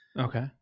Okay